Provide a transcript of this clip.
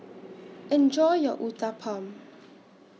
Enjoy your Uthapam